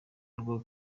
rwa